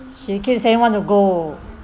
she keep saying want to go